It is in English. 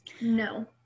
No